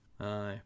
Aye